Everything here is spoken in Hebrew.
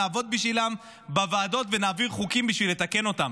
נעבוד בשבילן בוועדות ונעביר חוקים בשביל לתקן אותן,